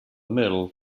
middle